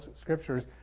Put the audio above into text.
scriptures